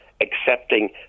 accepting